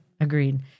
Agreed